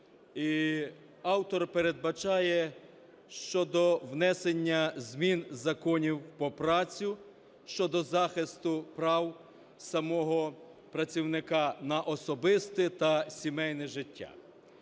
автор передбачає щодо внесення змін в закони про працю щодо захисту прав самого працівника на особисте та сімейне життя.